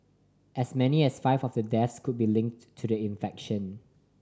as many as five of the deaths could be linked to the infection